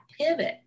pivot